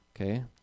Okay